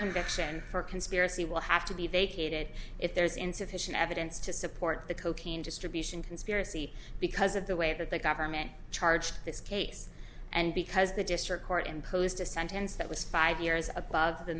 conviction for conspiracy will have to be vacated if there is insufficient evidence to support the cocaine distribution conspiracy because of the way that the government charged this case and because the district court imposed a sentence that was five years above the